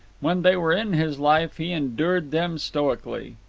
when they were in his life, he endured them stoically.